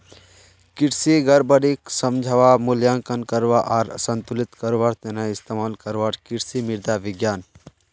कृषि गड़बड़ीक समझवा, मूल्यांकन करवा आर संतुलित करवार त न इस्तमाल करवार कृषि मृदा विज्ञान